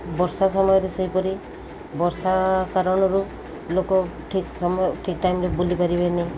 ବର୍ଷା ସମୟରେ ସେହିପରି ବର୍ଷା କାରଣରୁ ଲୋକ ଠିକ୍ ସମୟ ଠିକ୍ ଟାଇମ୍ରେ ବୁଲି ପାରିବେନି